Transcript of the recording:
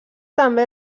també